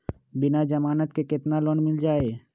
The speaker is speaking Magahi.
बिना जमानत के केतना लोन मिल जाइ?